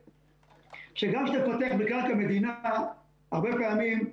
שגם אתה מפתח בקרקע מדינה הרבה פעמים,